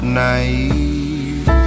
naive